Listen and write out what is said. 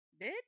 bitch